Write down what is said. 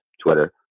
Twitter